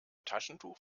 taschentuch